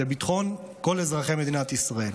לביטחון כל אזרחי מדינת ישראל.